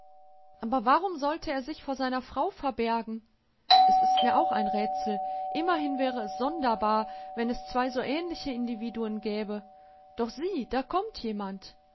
aber warum sollte er sich vor seiner frau verbergen es ist mir auch ein rätsel immerhin wäre es sonderbar wenn es zwei so ähnliche individuen gäbe doch sieh da kommt jemand